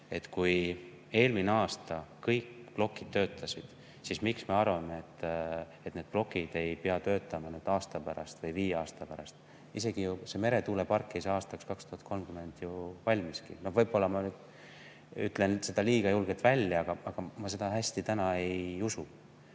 kui eelmine aasta kõik plokid töötasid, siis miks me arvame, et need plokid ei pea töötama aasta pärast või viie aasta pärast? Isegi meretuulepark ei saa aastaks 2030 veel valmiski. Võib-olla ma ütlen seda liiga julgelt välja, aga ma seda hästi ei usu.